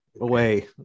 away